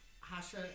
Hasha